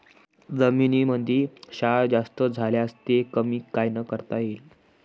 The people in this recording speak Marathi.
जमीनीमंदी क्षार जास्त झाल्यास ते कमी कायनं करता येईन?